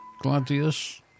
Gladius